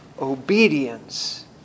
obedience